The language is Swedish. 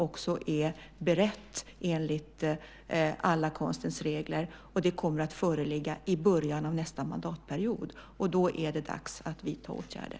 Det är berett enligt konstens alla regler och kommer att föreligga i början av nästa mandatperiod. Då är det dags att vidta åtgärder.